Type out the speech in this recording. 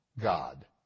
God